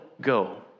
go